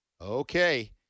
Okay